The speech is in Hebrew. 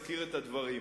אזכיר את הדברים.